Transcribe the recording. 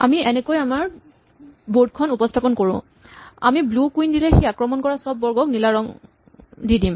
আমি এনাকৈ আমাৰ বৰ্ড খন উপস্হাপন কৰো আমি ব্লু কুইন দিলে সি আক্ৰমণ কৰা চব বৰ্গক নীলা ৰং দি দিম